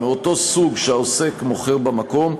"מאותו סוג שהעוסק מוכר במקום",